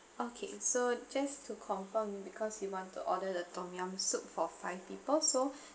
okay so just to confirm because you want to order the tom yum soup for five people so